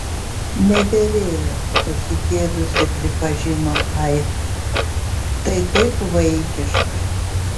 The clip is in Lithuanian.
nederėjo susigėdusi pripažino ai tai taip vaikiška